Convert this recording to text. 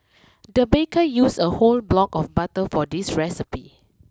the baker use a whole block of butter for this recipe